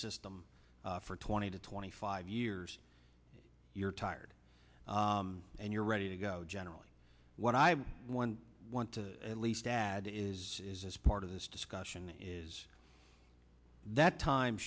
system for twenty to twenty five years you're tired and you're ready to go generally what i one want to at least dad is as part of this discussion is that time